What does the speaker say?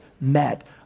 met